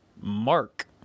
Mark